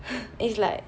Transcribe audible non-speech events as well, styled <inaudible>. <breath> it's like